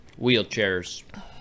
wheelchairs